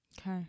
Okay